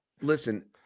Listen